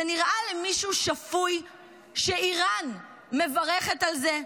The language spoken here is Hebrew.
זה נראה למישהו שפוי שאיראן מברכת על זה?